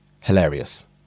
Hilarious